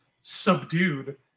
subdued